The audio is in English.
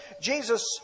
Jesus